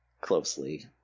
closely